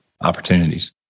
opportunities